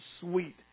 sweet